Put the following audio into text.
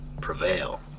prevail